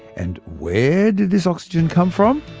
and where did this oxygen come from?